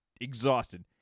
exhausted